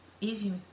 easy